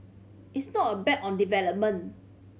it's not a bet on development